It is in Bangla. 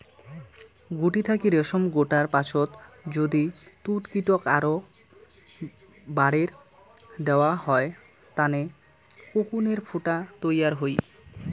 গুটি থাকি রেশম গোটার পাচত যদি তুতকীটক আরও বারের দ্যাওয়া হয় তানে কোকুনের ফুটা তৈয়ার হই